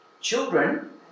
children